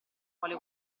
vuole